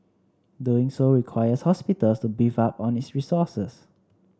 doing so requires hospitals to beef up on its resources